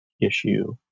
issue